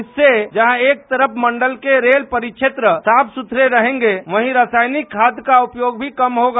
इस से जहां एक तरफ मंडल के रेल परिक्षेत्र साफ सुथरे रहेंगे वहीं रसायनिक खाद का उपयोग भी कम होगा